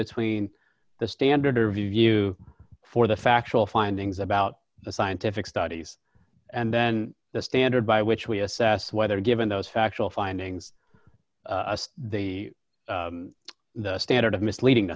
between the standard her view for the factual findings about the scientific studies and then the standard by which we assess whether given those factual findings the standard of misleading